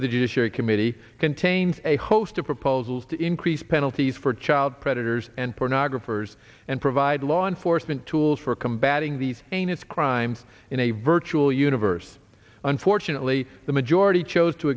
of the judiciary committee contains a host of proposals to increase penalties for child predators and pornographers and provide law enforcement tools for combating these heinous crimes in a virtual universe unfortunately the majority chose to